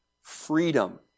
freedom